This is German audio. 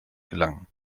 gelangen